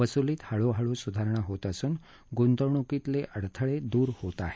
वसुलीत हळूहळू सुधारणा होत असून गुंतवणूकीतले अडथळे दूर होत आहेत